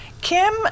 kim